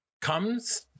comes